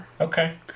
Okay